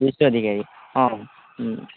ବିଶୁ ଅଧିକାରୀ ହଁ